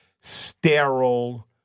sterile